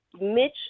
mitch